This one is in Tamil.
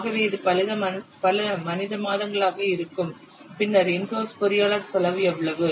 ஆகவே இது பல மனித மாதங்களாக இருக்கும் பின்னர் இன் ஹவுஸ் பொறியாளர் செலவு எவ்வளவு